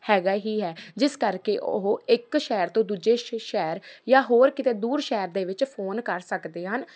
ਹੈਗਾ ਹੀ ਹੈ ਜਿਸ ਕਰਕੇ ਉਹ ਇੱਕ ਸ਼ਹਿਰ ਤੋਂ ਦੂਜੇ ਸ਼ ਸ਼ਹਿਰ ਜਾਂ ਹੋਰ ਕਿਤੇ ਦੂਰ ਸ਼ਹਿਰ ਦੇ ਵਿੱਚ ਫੋਨ ਕਰ ਸਕਦੇ ਹਨ